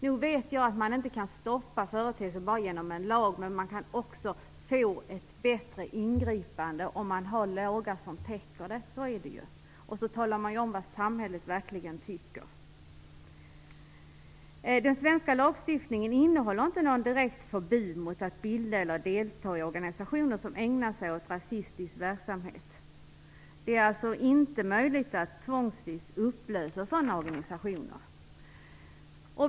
Jag vet att man inte kan stoppa företeelser bara genom en lag, men man kan uppnå ett bättre ingripande med lagar som är täckande. På det sättet talar man också om vad samhället verkligen tycker. Den svenska lagstiftningen innehåller inget direkt förbud mot att bilda eller delta i organisationer som ägnar sig åt rasistisk verksamhet. Det är alltså inte möjligt att tvångsvis upplösa sådana organisationer.